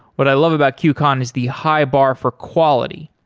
what i love about qcon is the high bar for quality,